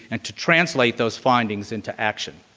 and to translate those findings into action.